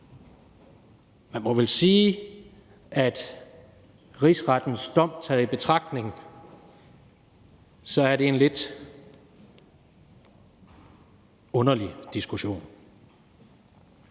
Man må vel sige, at Rigsrettens dom taget i betragtning er det en lidt underlig diskussion.